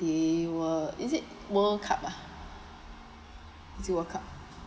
there were is it world cup ah is it world cup